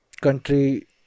country